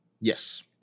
Yes